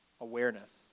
awareness